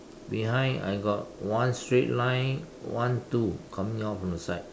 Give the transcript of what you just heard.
behind I got one straight line one two coming out from the side